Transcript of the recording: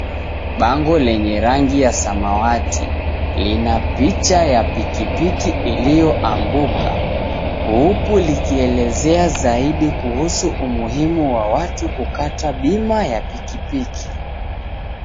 Bango lenye rangi ya samawati. Lina picha ya pikipiki iliyoanguka. Huku likielezea zaidi kuhusu umuhimu wa watu kukata bima ya pikipiki.